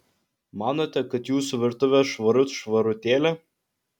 manote kad jūsų virtuvė švarut švarutėlė